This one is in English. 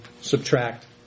subtract